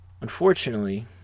Unfortunately